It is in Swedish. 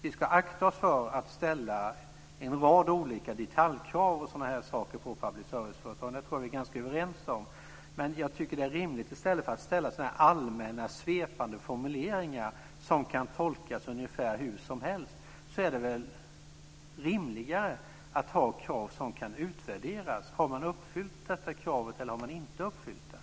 Vi ska akta oss för att ställa en rad olika detaljkrav och liknande på public service-företagen. Det tror jag vi är ganska överens om. I stället för allmänna svepande formuleringar som kan tolkas ungefär hur som helst är det väl rimligare att ha krav som kan utvärderas. Har man uppfyllt kravet, eller har man inte uppfyllt kravet?